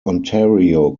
ontario